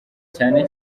cyane